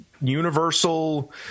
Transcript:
universal